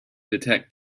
detect